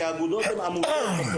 כי האגודות הן עמותות,